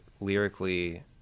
lyrically